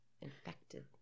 infected